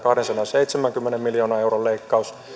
kahdensadanseitsemänkymmenen miljoonan euron leikkaus